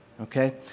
okay